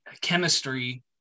chemistry